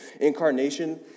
Incarnation